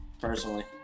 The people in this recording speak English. personally